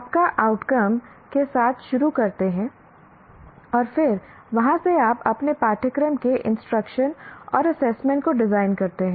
आप आउटकम के साथ शुरू करते हैं और फिर वहां से आप अपने पाठ्यक्रम के इंस्ट्रक्शन और एसेसमेंट को डिज़ाइन करते हैं